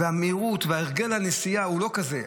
והמהירות, והרגל הנסיעה הוא לא כזה.